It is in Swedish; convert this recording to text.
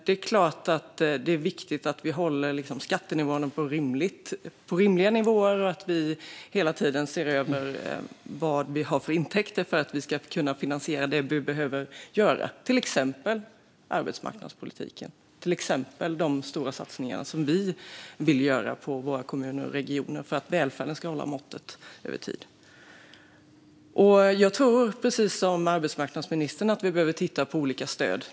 Det är klart att det är viktigt att vi håller skatterna på rimliga nivåer och att vi hela tiden ser över vad vi har för intäkter för att kunna finansiera det vi behöver göra, till exempel inom arbetsmarknadspolitiken eller de stora satsningar som vi vill göra på våra kommuner och regioner för att välfärden ska hålla måttet över tid. Precis som arbetsmarknadsministern tror jag att vi behöver titta på olika stöd.